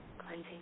Cleansing